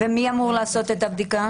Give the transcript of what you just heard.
ומי אמור לעשות את הבדיקה?